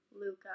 Luca